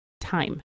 time